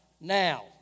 now